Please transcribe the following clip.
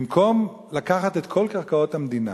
במקום לקחת את כל קרקעות המדינה